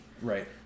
Right